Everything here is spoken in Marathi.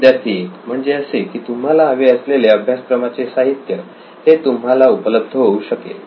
विद्यार्थी 1 म्हणजे असे की तुम्हाला हवे असलेले अभ्यासक्रमाचे साहित्य हे तुम्हाला उपलब्ध होऊ शकेल